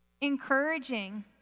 encouraging